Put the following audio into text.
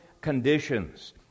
conditions